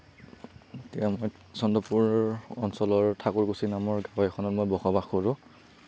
চন্দ্ৰপুৰ অঞ্চলৰ ঠাকুৰকুছী নামৰ গাওঁ এখনত মই বসবাস কৰোঁ